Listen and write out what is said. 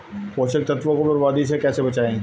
पोषक तत्वों को बर्बादी से कैसे बचाएं?